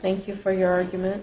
thank you for your argument